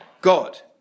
God